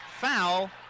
foul